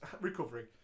recovering